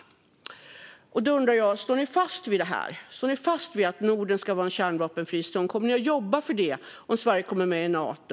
Står ni fast vi detta? Står ni fast vid att Norden ska vara en kärnvapenfri zon? Kommer ni att jobba för det om Sverige kommer med i Nato?